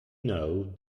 know